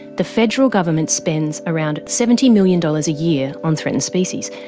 the federal government spends around seventy million dollars a year on threatened species.